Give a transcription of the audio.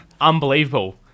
Unbelievable